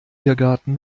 irrgarten